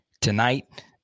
Tonight